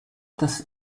das